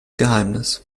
geheimnis